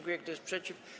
Kto jest przeciw?